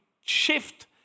shift